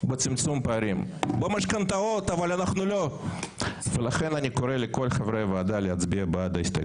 האתר מפרט את כל הזכויות של אזרחי מדינת ישראל בכל מיני תחומים.